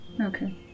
Okay